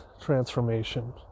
transformation